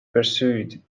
persuade